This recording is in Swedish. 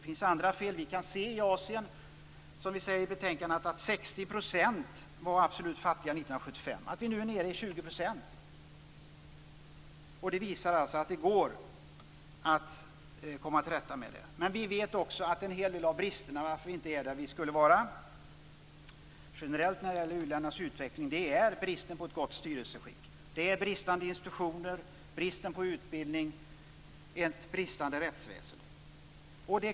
I Asien var 60 % av befolkningen absolut fattiga år 1975. Nu är vi nere i 20 %. Det går att komma till rätta med fattigdomen. Vi vet också varför vi inte är där vi borde vara generellt i uländernas utveckling, nämligen på grund av bristen på ett gott styrelseskick, bristen på fungerande institutioner, bristen på utbildning och ett bristande rättsväsende.